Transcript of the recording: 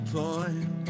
point